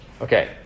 Okay